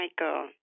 Michael